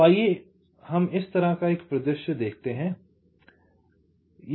तो आइए हम इस तरह का एक परिदृश्य देखें